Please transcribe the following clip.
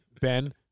Ben